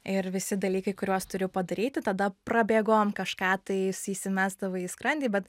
ir visi dalykai kuriuos turiu padaryti tada prabėgom kažką tais įsimesdavai į skrandį bet